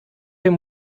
him